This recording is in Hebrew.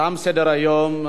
תם סדר-היום.